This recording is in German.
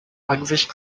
ansicht